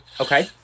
Okay